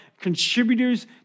contributors